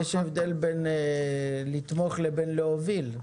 יש הבדל בין לתמוך לבין להוביל.